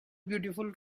beautiful